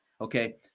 okay